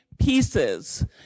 pieces